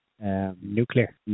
Nuclear